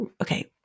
okay